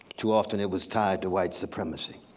too often it was tied to white supremacy.